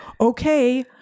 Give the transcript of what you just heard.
okay